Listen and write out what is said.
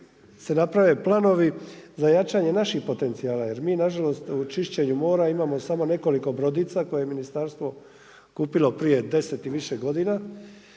se naprave planovi za jačanje naših potencijala, jer mi nažalost u čišćenju mora imamo samo nekoliko brodica, koje Ministarstvo kupilo prije 10 i više godina,